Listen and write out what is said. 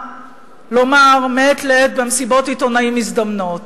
לומר מעת לעת במסיבות עיתונאים מזדמנות.